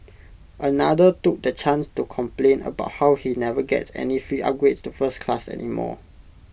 another took the chance to complain about how he never gets any free upgrades to first class anymore